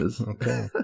Okay